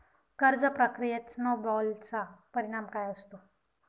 कर्ज प्रक्रियेत स्नो बॉलचा परिणाम काय असतो?